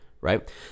Right